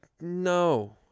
no